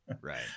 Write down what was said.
Right